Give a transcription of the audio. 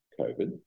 COVID